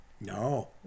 No